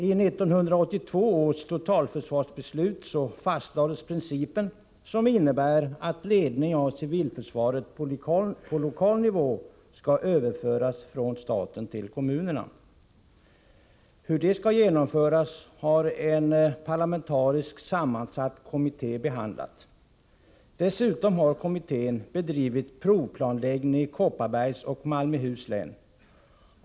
I 1982 års totalförsvarsbeslut fastlades principen att ledning av civilförsvaret på lokal nivå skall överföras från staten till kommunerna. En parlamentariskt sammansatt kommitté har behandlat hur det skall genomföras. Dessutom har kommittén bedrivit provplanläggning i Kopparbergs och Malmöhus län.